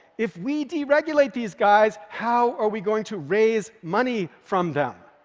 if we deregulate these guys, how are we going to raise money from them?